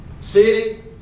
City